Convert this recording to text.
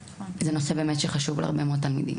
זה נושא שחשוב מאוד להרבה מאוד תלמידים.